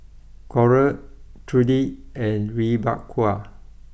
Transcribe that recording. Coral Trudy and Rebekah